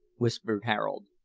whispered harold.